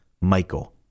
Michael